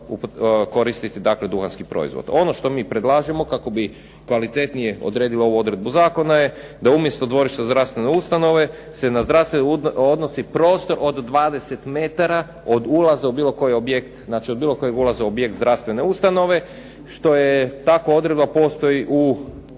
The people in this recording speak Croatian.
koristiti dakle duhanski proizvod. Ono što mi predlažemo kako bi kvalitetnije odredili ovu odredbu zakona da umjesto dvorišta zdravstvene ustanove se na zdravstvene odnosi prostor od 20 metara od ulaza u bilo koji objekt, znači od bilo kojeg ulaza u objekt zdravstvene ustanove, što je, takva odredba postoji u